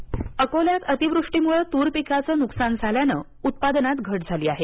तरी अकोला अकोल्यात अतिवृष्टीमुळे तूर पिकाचे नुकसान झाल्याने उत्पादनात घट झाली आहे